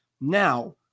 Now